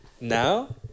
Now